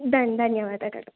ದನ್ ಧನ್ಯವಾದಗಳು